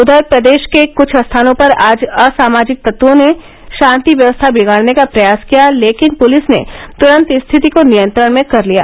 उधर प्रदेश के कुछ स्थानों पर आज असामाजिक तत्वों ने शान्ति व्यवस्था बिगाड़ने का प्रयास किया लेकिन पुलिस ने तुरन्त स्थिति को नियंत्रण में कर लिया